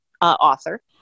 author